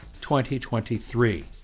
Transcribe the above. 2023